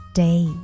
day